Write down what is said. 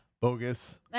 bogus